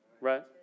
Right